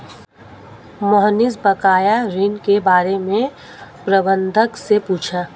मोहनीश बकाया ऋण के बारे में प्रबंधक से पूछा